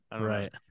Right